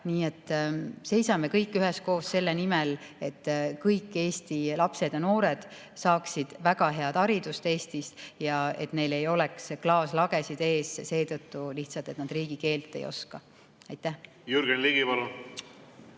Nii et seisame kõik üheskoos selle eest, et kõik Eesti lapsed ja noored saaksid väga head haridust Eestis ja et neil ei oleks klaaslagesid ees seetõttu lihtsalt, et nad riigikeelt ei oska. Aitäh võimaluse